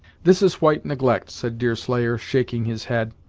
this is white neglect, said deerslayer, shaking his head,